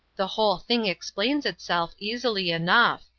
the whole thing explains itself easily enough.